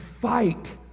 Fight